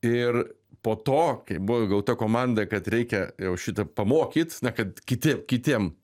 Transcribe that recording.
ir po to kai buvo gauta komanda kad reikia jau šitą pamokyt na kad kiti kitiem